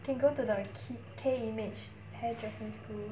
can go to the key K image hairdressing school